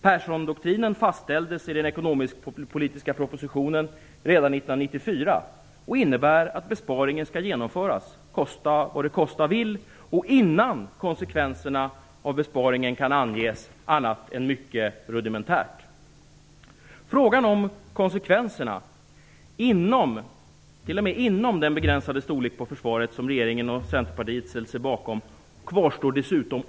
Perssondoktrinen fastställdes i den ekonomiskpolitiska propositionen redan 1994 och innebär att besparingen skall genomföras - kosta vad det kosta vill och innan konsekvenserna av besparingen kan anges annat än mycket rudimentärt. Frågan om konsekvenserna t.o.m. inom det begränsade försvar som regeringen och Centerpartiet ställt sig bakom kvarstår dessutom.